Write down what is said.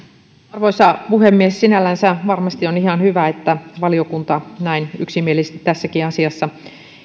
arvoisa puhemies sinällänsä varmasti on ihan hyvä että valiokunta näin yksimielisesti tässäkin asiassa